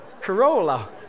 Corolla